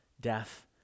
death